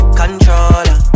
controller